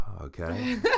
Okay